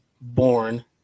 born